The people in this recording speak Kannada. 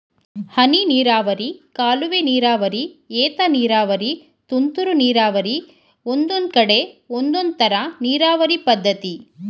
ಹನಿನೀರಾವರಿ ಕಾಲುವೆನೀರಾವರಿ ಏತನೀರಾವರಿ ತುಂತುರು ನೀರಾವರಿ ಒಂದೊಂದ್ಕಡೆ ಒಂದೊಂದ್ತರ ನೀರಾವರಿ ಪದ್ಧತಿ